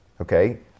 okay